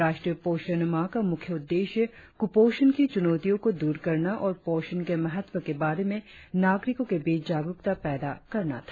राष्ट्रीय पोषण माह का मुख्य उद्देश्य क्रपोषण की चुनौतियो को दूर करना और पोषण के महत्व के बारे में नागरिको के बीच जागरुकता पैदा करना था